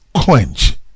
quench